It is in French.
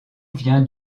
vient